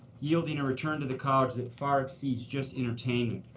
yielding a return to the college that far exceeds just entertainment.